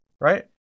right